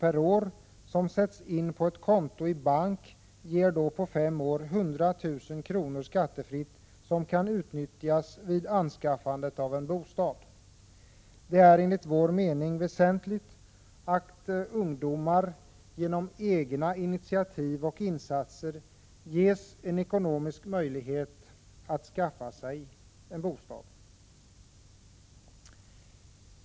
per år som sätts in på ett konto i bank ger då på fem år över 100 000 kr. skattefritt, som kan utnyttjas vid anskaffandet av en bostad. Det är enligt vår mening väsentligt att ungdomar genom egna initiativ och insatser ges en ekonomisk möjlighet att skaffa sig en bostad.